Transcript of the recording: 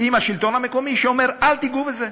עם השלטון המקומי, שאומר: אל תיגעו בזה.